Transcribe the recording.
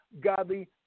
godly